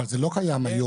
אבל זה לא קיים היום,